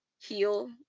heal